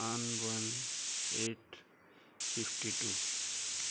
on one eight fifty two